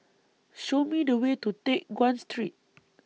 Show Me The Way to Teck Guan Street